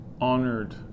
honored